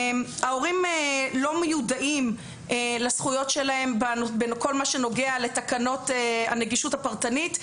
ההורים לא מיועדים לזכויות שלהם בכל מה שנוגע לתקנות הנגישות הפרטנית.